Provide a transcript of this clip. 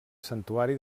santuari